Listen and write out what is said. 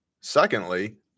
Secondly